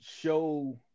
show